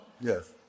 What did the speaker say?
Yes